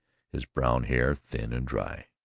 his brown hair thin and dry.